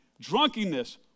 drunkenness